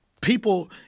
people